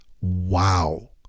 Wow